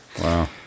Wow